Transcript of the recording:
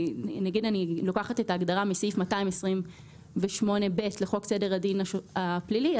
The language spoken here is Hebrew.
אני לוקחת את ההגדרה מסעיף 228ב לחוק סדר הדין הפלילי,